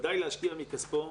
ודאי להשקיע מכספו,